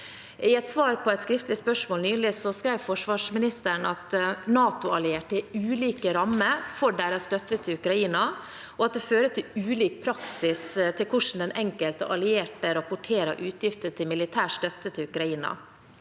I et svar på et skriftlig spørsmål nylig skrev forsvarsministeren at NATO-allierte har ulike rammer for støtten til Ukraina, og at det fører til ulik praksis for hvordan den enkelte allierte rapporterer ut gifter til militær støtte til Ukraina.